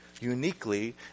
uniquely